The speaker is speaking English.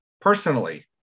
personally